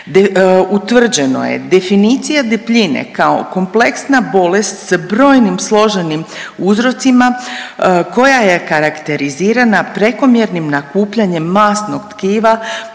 utvrđeno je definicija debljine kao kompleksna bolest sa brojnim složenim uzrocima koja je karakterizirana prekomjernim nakupljanjem masnog tkiva te